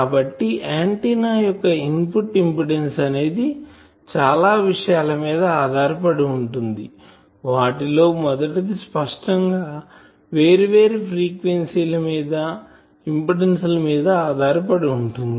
కాబట్టి ఆంటిన్నా యొక్క input impedance అనేది చాలా విషయాల మీద ఆధారపడి ఉంటుంది వాటిలో మొదటిది స్పష్టం గా వేరువేరు ఫ్రీక్వెన్సీ ల మీదఇంపిడెన్సు ల మీద ఆధారపడి ఉంటుంది